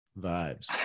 vibes